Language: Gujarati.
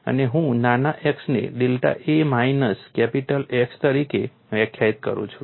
અને હું નાના x ને delta a minus capital X તરીકે વ્યાખ્યાયિત કરું છું